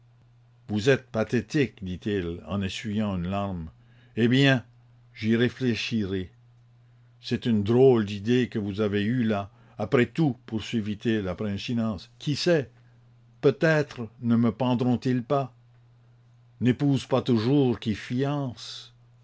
vous êtes pathétique dit-il en essuyant une larme eh bien j'y réfléchirai c'est une drôle d'idée que vous avez eue là après tout poursuivit-il après un silence qui sait peut-être ne me pendront ils pas n'épouse pas toujours qui fiance